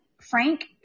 Frank